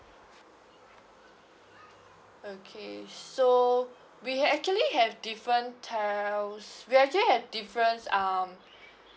okay so we actually have different tiers we actually have different um